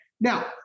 Now